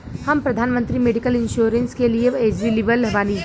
हम प्रधानमंत्री medical insurance के लिए एलिजिबल बानी?